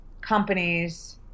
companies